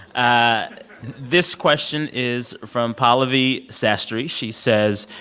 ah this question is from pallavi sastry. she says,